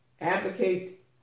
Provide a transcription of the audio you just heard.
Advocate